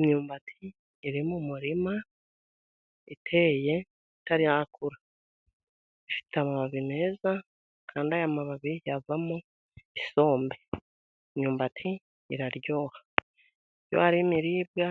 Imyumbati iri mu murima iteye itari yakura, ifite amababi meza, kandi aya mababi yavamo isombe; imyumbati iraryoha, iyo ari imiribwa